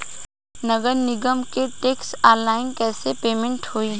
नगर निगम के टैक्स ऑनलाइन कईसे पेमेंट होई?